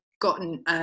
gotten